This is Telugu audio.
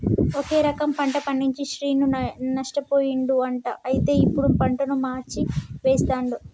ఒకే రకం పంట పండించి శ్రీను నష్టపోయిండు అంట అయితే ఇప్పుడు పంటను మార్చి వేస్తండు